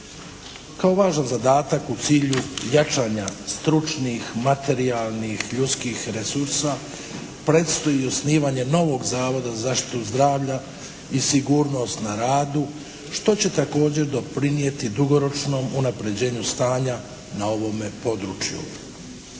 Kao važan zadatak u cilju jačanja stručnih, materijalnih, ljudskih resursa predstoji osnivanje novog zavoda za zaštitu zdravlja i sigurnost na radu što će također doprinijeti dugoročnom unapređenju stanja na ovome području.